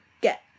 get